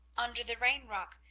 under the rain-rock,